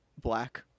black